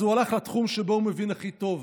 אז הוא הלך לתחום שבו הוא מבין הכי טוב,